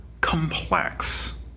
complex